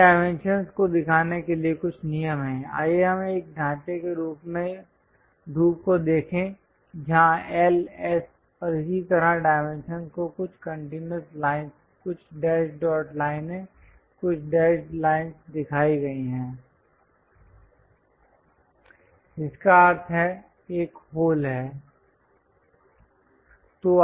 इन dimensions को दिखाने के लिए कुछ नियम हैं आइए हम एक ढांचे के रूप को देखें जहां L S और इसी तरह डाइमेंशंस को कुछ कंटीन्यूअस लाइन कुछ डैश डॉट लाइनें कुछ डैशड् लाइनस् दिखाई गई हैं जिसका अर्थ है एक होल है